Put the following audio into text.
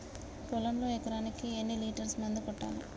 పొలంలో ఎకరాకి ఎన్ని లీటర్స్ మందు కొట్టాలి?